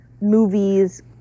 movies